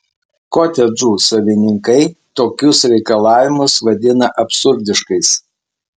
kotedžų savininkai tokius reikalavimus vadina absurdiškais